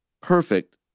perfect